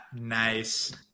nice